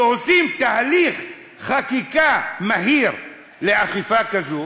ועושים תהליך חקיקה מהיר לאכיפה כזאת,